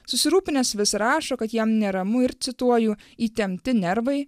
susirūpinęs vis rašo kad jam neramu ir cituoju įtempti nervai